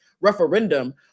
referendum